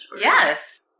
Yes